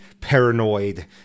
paranoid